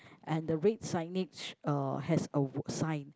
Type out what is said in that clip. and the red signage uh has a sign